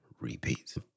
repeats